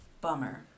Bummer